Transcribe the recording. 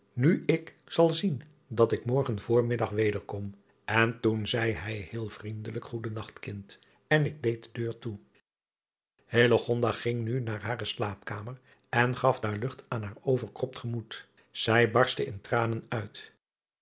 nu ik zal zien dat ik morgen voormiddag wederkom en toen zeî hij heel vriendelijk goeden nacht kind en ik deed de deur toe ging nu naar hare slaapkamer en gaf daar lucht aan haar overkropt gemoed ij barstte in tranen uit